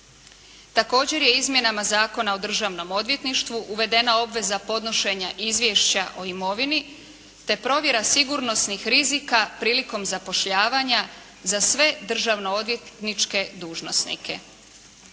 Također je izmjenama Zakona o državnom odvjetništvu uvedena obveza podnošenja izvješća o imovini, te provjera sigurnosni rizika prilikom zapošljavanja za sve državno odvjetničke dužnosnike.